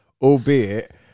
albeit